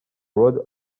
road